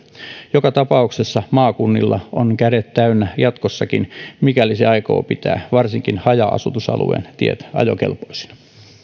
joka tapauksessa maakunnilla on kädet täynnä jatkossakin mikäli ne aikovat pitää varsinkin haja asutusalueiden tiet ajokelpoisina